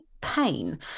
pain